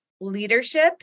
leadership